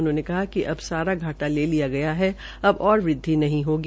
उन्होंने कहा कि अब सारा घाटा ले लिया गया है अब और वृद्वि नहीं होगी